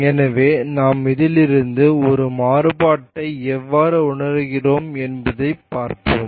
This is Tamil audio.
எனவே நாம் இதிலிருந்து ஒரு மாறுபாட்டை எவ்வாறு உருவாக்குகிறோம் என்பதை பார்ப்போம்